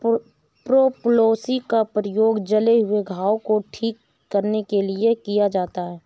propolis का प्रयोग जले हुए घाव को ठीक करने में किया जाता है